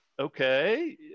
Okay